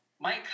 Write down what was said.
Mike